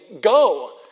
go